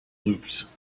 loops